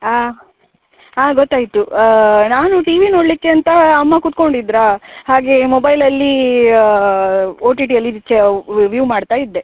ಆಂ ಹಾಂ ಗೊತ್ತಾಯಿತು ನಾನು ಟಿ ವಿ ನೋಡಲಿಕ್ಕೆ ಅಂತ ಅಮ್ಮ ಕುತ್ಕೊಂಡಿದ್ರಾ ಹಾಗೇ ಮೊಬೈಲಲ್ಲಿ ಓ ಟಿ ಟಿಯಲ್ಲಿ ಚ ವ್ಯೂ ಮಾಡ್ತಾ ಇದ್ದೆ